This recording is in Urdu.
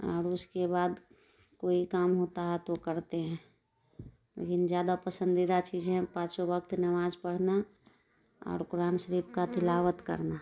اور اس کے بعد کوئی کام ہوتا ہے تو کرتے ہیں لیکن زیادہ پسندیدہ چیز ہے پانچوں وقت نماز پڑھنا اور قرآن شریف کا تلاوت کرنا